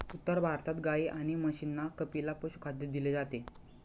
उत्तर भारतात गाई आणि म्हशींना कपिला पशुखाद्य दिले जाते